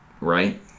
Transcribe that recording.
Right